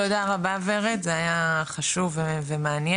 תודה רבה ורד, זה היה חשוב ומעניין,